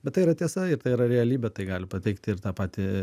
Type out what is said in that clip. bet tai yra tiesa ir tai yra realybė tai gali pateikti ir tą patį